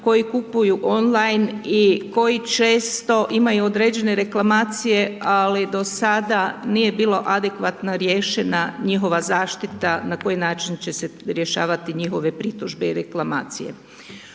koji kupuju online i koji često imaju određene reklamacije, ali do sada nije bilo adekvatno riješena njihova zaštita, na koji način će se rješavati njihove pritužbe i reklamacije.